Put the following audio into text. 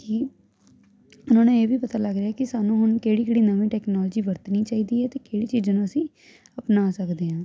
ਕੀ ਉਹਨਾਂ ਨੂੰ ਇਹ ਵੀ ਪਤਾ ਲੱਗ ਰਿਹਾ ਕਿ ਸਾਨੂੰ ਹੁਣ ਕਿਹੜੀ ਕਿਹੜੀ ਨਵੀਂ ਟੈਕਨੋਲੋਜੀ ਵਰਤਣੀ ਚਾਹੀਦੀ ਹੈ ਅਤੇ ਕਿਹੜੀ ਚੀਜ਼ਾਂ ਨੂੰ ਅਸੀਂ ਅਪਣਾ ਸਕਦੇ ਹਾਂ